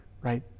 right